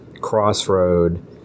crossroad